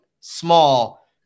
small